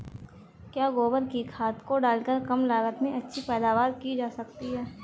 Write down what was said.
क्या गोबर की खाद को डालकर कम लागत में अच्छी पैदावारी की जा सकती है?